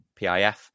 PIF